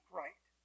right